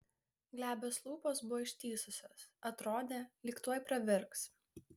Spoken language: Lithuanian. glebios lūpos buvo ištįsusios atrodė lyg tuoj pravirks